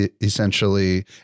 essentially